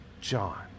John